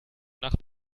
nach